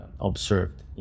observed